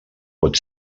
pot